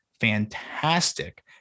fantastic